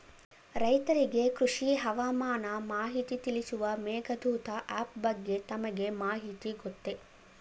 ರೈತರಿಗೆ ಕೃಷಿ ಹವಾಮಾನ ಮಾಹಿತಿ ತಿಳಿಸುವ ಮೇಘದೂತ ಆಪ್ ಬಗ್ಗೆ ತಮಗೆ ಮಾಹಿತಿ ಗೊತ್ತೇ?